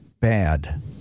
bad